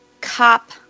cop